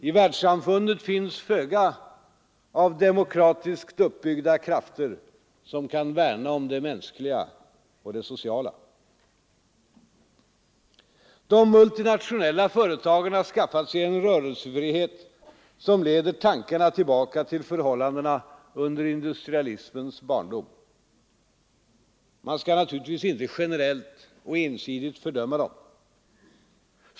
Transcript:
I världssamfundet finns föga av demokratiskt uppbyggda krafter, som kan värna om det mänskliga och det sociala. De multinationella företagen har skaffat sig en rörelsefrihet som leder tankarna tillbaka till förhållandena under industrialismens barndom. Man skall naturligtvis inte generellt och ensidigt fördöma dem.